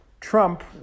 Trump